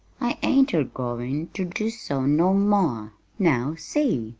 i ain't a-goin' ter do so no more now see!